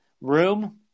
room